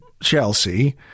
Chelsea